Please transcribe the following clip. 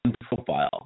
profile